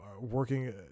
working